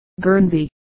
Guernsey